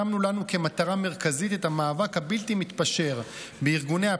שמנו לנו כמטרה מרכזית את המאבק הבלתי-מתפשר בארגוני הפשיעה,